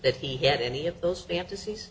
that he had any of those fantas